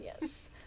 Yes